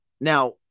now